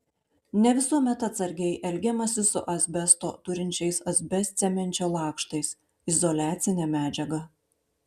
ne visuomet atsargiai elgiamasi su asbesto turinčiais asbestcemenčio lakštais izoliacine medžiaga